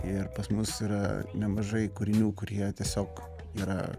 ir pas mus yra nemažai kūrinių kurie tiesiog yra